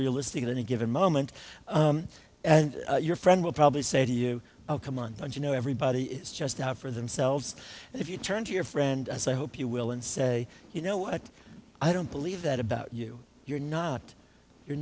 realistic at any given moment and your friend will probably say to you come on and you know everybody is just out for themselves and if you turn to your friend as i hope you will and say you know what i don't believe that about you you're not you're